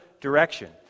direction